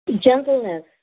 Gentleness